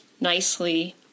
nicely